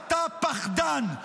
אתה פחדן,